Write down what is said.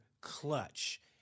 clutch